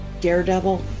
Daredevil